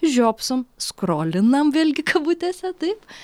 žiopsom skrolinam vėlgi kabutėse taip